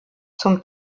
zum